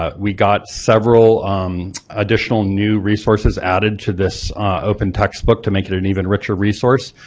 ah we got several um additional new resources added to this open textbook to make it an even richer resource.